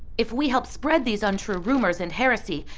if we help spread these untrue rumors and heresy,